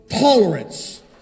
tolerance